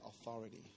authority